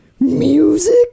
music